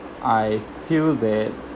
I feel that